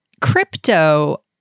crypto